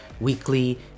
weekly